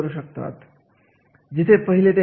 यामध्ये कोणत्या जागा कशा रचित केलेल्या आहेत